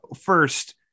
first